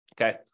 okay